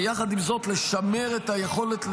ויחד עם זאת לשמר את היכולת,